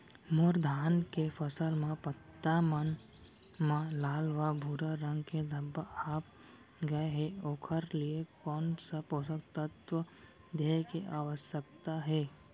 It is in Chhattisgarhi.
मोर धान के फसल म पत्ता मन म लाल व भूरा रंग के धब्बा आप गए हे ओखर लिए कोन स पोसक तत्व देहे के आवश्यकता हे?